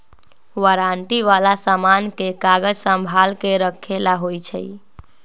warranty वाला समान के कागज संभाल के रखे ला होई छई